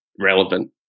relevant